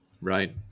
Right